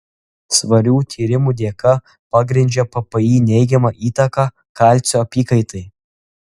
svarių tyrimų dėka pagrindžia ppi neigiamą įtaką kalcio apykaitai